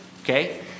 okay